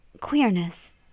queerness